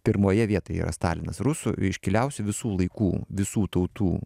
pirmoje vietoje yra stalinas rusų iškiliausių visų laikų visų tautų